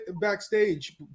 backstage